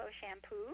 Shampoo